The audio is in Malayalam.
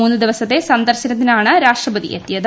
മൂന്നു ദിവസത്തെ സന്ദർശനത്തിനാണ് രാഷ്ട്രപതി എത്തിയത്